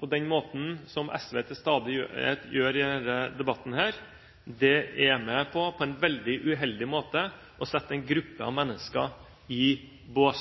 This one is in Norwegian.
på den måten som SV til stadighet gjør i denne debatten, er på en veldig uheldig måte med på å sette en gruppe mennesker i bås.